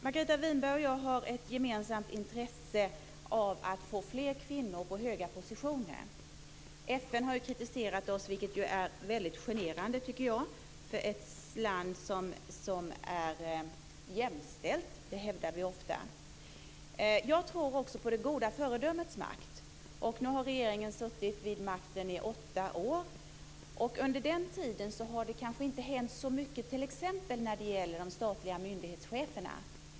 Margareta Winberg och jag har ett gemensamt intresse av att få fler kvinnor på höga positioner. FN har kritiserat oss, vilket jag tycker är väldigt generande för ett land som är jämställt. Det hävdar vi ofta. Jag tror också på det goda föredömets makt. Nu har regeringen suttit vid makten i åtta år. Under den tiden har det inte hänt så mycket när det t.ex. gäller chefer för statliga myndigheter.